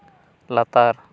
ᱞᱟᱛᱟᱨ